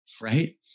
right